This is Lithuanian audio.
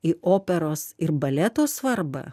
į operos ir baleto svarbą